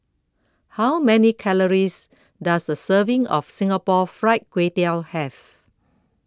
how many calories does a serving of Singapore Fried Kway Tiao have